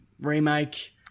remake